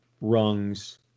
rungs